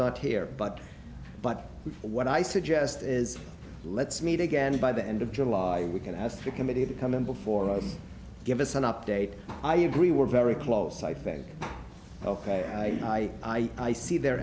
not here but but what i suggest is let's meet again by the end of july we can ask the committee to come in before i give us an update i agree we're very close i think ok i i i see their